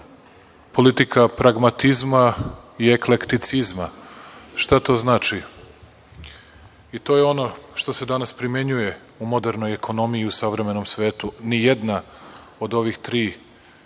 politika pragmatizma i eklekticizma. Šta to znači? I to je ono što se danas primenjuje u modernoj ekonomiji i u savremenom svetu. Nijedna od ovih tri, ima i